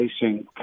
facing